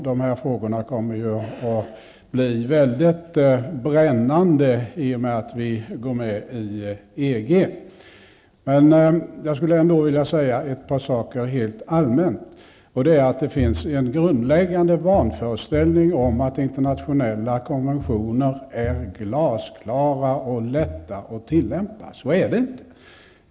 Dessa frågor kommer ju att bli mycket brännande i och med att vi går med i EG. Men jag skulle ändå vilja säga ett par saker rent allmänt. Det finns en grundläggande vanföreställning om att internationella konventioner är glasklara och lätta att tillämpa. Så är det inte.